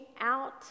out